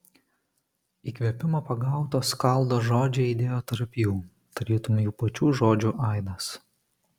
įkvėpimo pagauto skaldo žodžiai aidėjo tarp jų tarytum jų pačių žodžių aidas